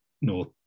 North